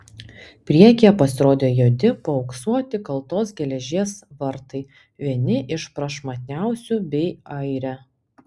priekyje pasirodė juodi paauksuoti kaltos geležies vartai vieni iš prašmatniausių bei aire